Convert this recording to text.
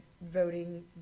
voting